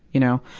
you know.